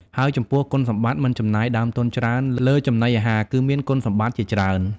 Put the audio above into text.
ហើយចំពោះ គុណសម្បត្តិមិនចំណាយដើមទុនច្រើនលើចំណីអាហារគឺមានគុណសម្បត្តិជាច្រើន។